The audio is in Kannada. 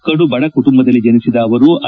ಕಡು ಬಡ ಕುಟುಂಬದಲ್ಲಿ ಜನಿಸಿದ ಅವರು ಐ